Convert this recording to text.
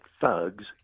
thugs